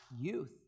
youth